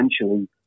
essentially